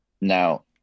now